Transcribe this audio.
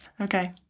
Okay